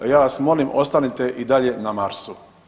Ja vas molim ostanite i dalje na Marsu.